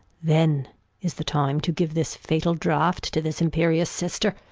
then is the time to give this fatal draught to this imperious sister